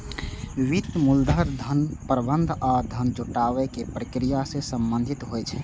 वित्त मूलतः धन प्रबंधन आ धन जुटाबै के प्रक्रिया सं संबंधित होइ छै